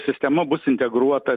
sistema bus integruota